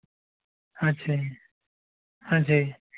ਅੱਛਾ ਜੀ ਹਾਂਜੀ